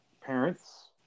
parents